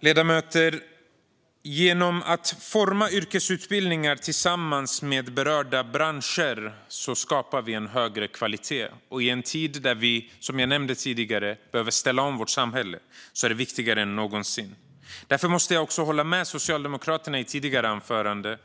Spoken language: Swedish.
Ledamöter! Genom att forma yrkesutbildningar tillsammans med berörda branscher skapar vi en högre kvalitet. Och i en tid där vi, som jag nämnde tidigare, behöver ställa om vårt samhälle är det viktigare än någonsin. Därför måste jag hålla med socialdemokraten i ett tidigare anförande